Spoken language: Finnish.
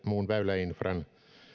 muun väyläinfran